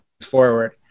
forward